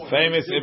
famous